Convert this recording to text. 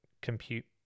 compute